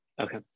Okay